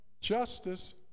justice